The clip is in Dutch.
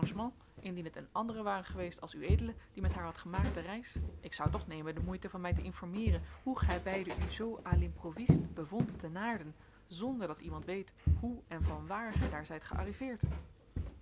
indien het een ander ware geweest als ued die met haar had gemaakt de reis ik zou toch nemen de moeite van mij te informeeren hoe gij beiden u zoo à l'improviste bevondt te naarden zonder dat iemand weet hoe en vanwaar gij daar zijt gearriveerd